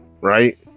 right